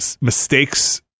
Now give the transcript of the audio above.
mistakes